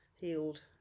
healed